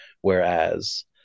whereas